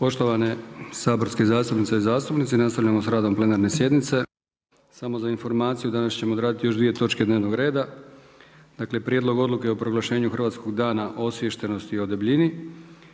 Poštovane saborske zastupnice i zastupnici, nastavljamo sa radom plenarne sjednice. Samo za informaciju danas ćemo odraditi još 2 točke dnevnog reda. Dakle Prijedlog odluke o proglašenju Hrvatskog dana osviještenosti o debljini